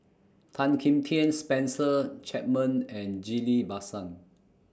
Tan Kim Tian Spencer Chapman and Ghillie BaSan